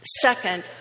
second